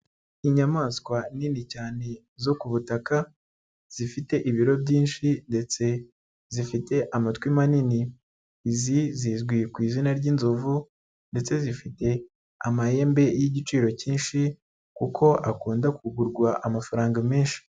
Inyamaswa nini cyane zo ku butaka zifite ibiro byinshi ndetse zifite amatwi manini, izi zizwi ku izina ry'inzovu ndetse zifite amahembe y'igiciro cyinshi kuko akunda kugurwa amafaranga menshi.